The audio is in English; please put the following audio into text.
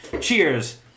Cheers